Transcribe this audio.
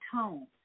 tone